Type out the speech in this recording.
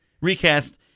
recast